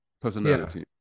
personality